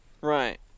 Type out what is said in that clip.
Right